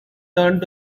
turned